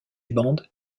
bandes